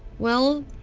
well,